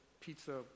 pizza